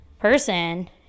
person